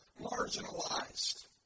marginalized